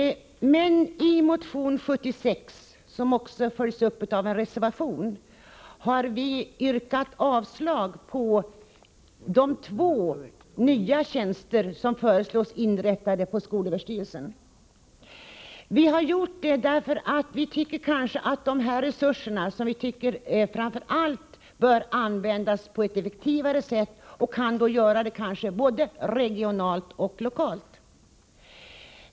I motion 76, som följs upp av en reservation, har vi från de borgerliga partierna yrkat avslag på de två nya tjänster som föreslås inrättas på skolöverstyrelsen. Vi har reserverat oss därför att vi tycker att dessa resurser framför allt bör användas på ett effektivare sätt, både regionalt och lokalt.